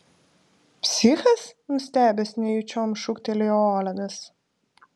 psichas nustebęs nejučiom šūktelėjo olegas